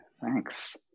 Thanks